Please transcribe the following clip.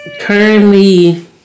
currently